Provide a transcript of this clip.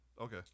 Okay